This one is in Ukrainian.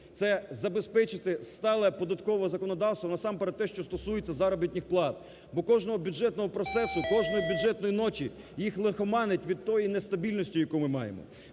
це забезпечити сталість податкового законодавства, насамперед те, що стосується заробітних плат. Бо кожного бюджетного процесу, кожної бюджетної ночі їх лихоманить від тої нестабільності, яку ми маємо.